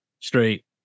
straight